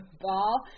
ball